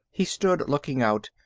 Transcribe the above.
he stood looking out.